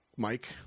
Mike